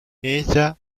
ella